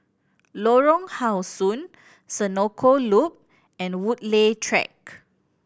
Lorong How Sun Senoko Loop and Woodleigh Track